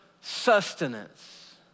sustenance